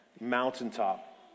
mountaintop